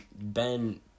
Ben